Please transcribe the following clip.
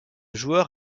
joueur